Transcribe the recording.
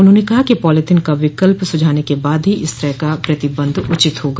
उन्होंने कहा है कि पॉलीथिन का विकल्प सुझाने के बाद ही इस तरह का प्रतिबंध उचित होगा